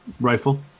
rifle